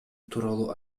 тууралуу